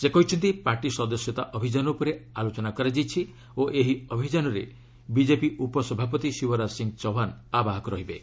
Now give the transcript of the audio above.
ସେ କହିଛନ୍ତି ପାର୍ଟି ସଦସ୍ୟତା ଅଭିଯାନ ଉପରେ ଆଲୋଚନା କରାଯାଇଛି ଓ ଏହି ଅଭିଯାନରେ ବିଜେପି ଉପସଭାପତି ଶିବରାଜ ସିଂହ ଚୌହାନ୍ ଆବାହକ ରହିବେ